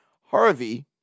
Harvey